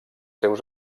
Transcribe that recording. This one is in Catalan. seus